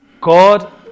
God